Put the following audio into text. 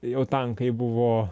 jau tankai buvo